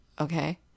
okay